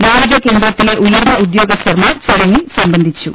നാവിക കേന്ദ്രത്തിലെ ഉയർന്ന ഉദ്യോഗസ്ഥർമാർ ചടങ്ങിൽ സംബന്ധി ച്ചു